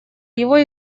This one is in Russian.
его